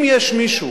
אם יש מישהו